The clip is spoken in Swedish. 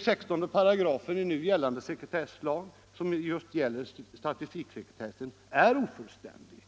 16 § i gällande sekretesslag, som just gäller statistiksekretessen, är ofullständig.